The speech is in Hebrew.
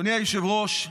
אדוני היושב-ראש,